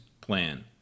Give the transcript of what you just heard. plan